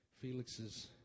Felix's